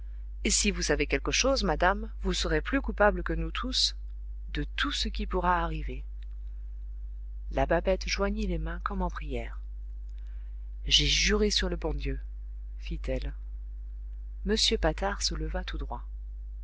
et si vous savez quelque chose madame vous serez plus coupable que nous tous de tout ce qui pourra arriver la babette joignit les mains comme en prière j'ai juré sur le bon dieu fit-elle m patard se leva tout droit